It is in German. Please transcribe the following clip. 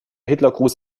hitlergruß